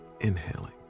inhaling